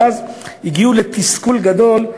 ואז הגיעו לתסכול הגדול,